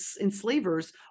enslavers